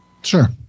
Sure